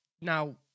Now